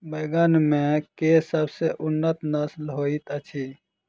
बैंगन मे केँ सबसँ उन्नत नस्ल होइत अछि?